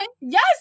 yes